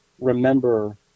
remember –